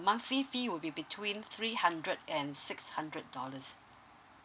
monthly fees would be between three hundred and six hundred dollars